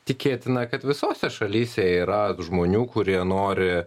tikėtina kad visose šalyse yra žmonių kurie nori